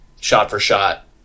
shot-for-shot